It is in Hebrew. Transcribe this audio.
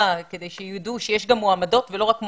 כדי שידעו שיש גם מועמדות ולא רק מועמדים.